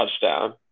touchdown